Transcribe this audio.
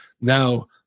Now